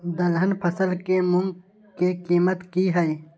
दलहन फसल के मूँग के कीमत की हय?